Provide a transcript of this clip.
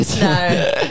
No